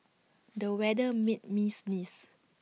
the weather made me sneeze